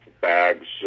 bags